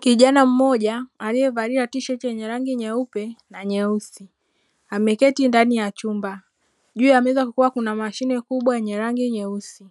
Kijana mmoja aliyevaa tisheti yenye rangi nyeupe na nyeusi ameketi ndani ya chumba. Juu ya meza kulikuwa kuna mashine kubwa yenye rangi nyeusi.